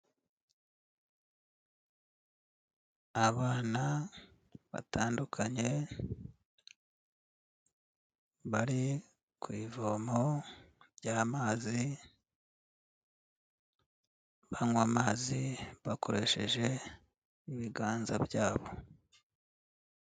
Abana batandukanye bari ku ivomo ry'amazi, banywa amazi bakoresheje ibiganza bya bo.